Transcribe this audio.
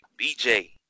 BJ